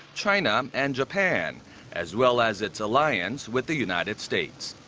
china and japan as well as its alliance with the united states.